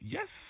Yes